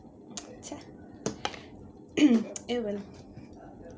oh well